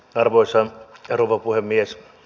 arvoisa rouva puhemies